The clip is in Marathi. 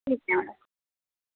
ठीक आहे मॅडम